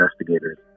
investigators